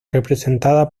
representada